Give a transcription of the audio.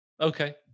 Okay